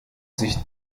sich